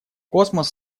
космос